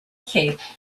cape